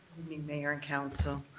mayor and council,